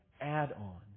add-on